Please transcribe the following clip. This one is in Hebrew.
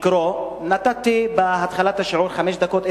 לקרוא: נתתי בהתחלת השיעור חמש דקות,